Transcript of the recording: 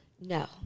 No